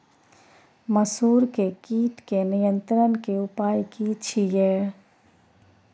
मसूर के कीट के नियंत्रण के उपाय की छिये?